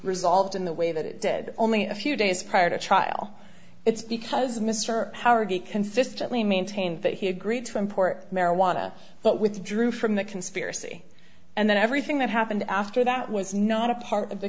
resolved in the way that it did only a few days prior to trial it's because mr howard he consistently maintained that he agreed to import marijuana but withdrew from the conspiracy and then everything that happened after that was not a part of the